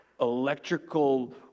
electrical